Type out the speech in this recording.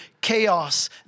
chaos